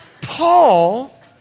Paul